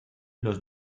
los